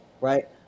right